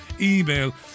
email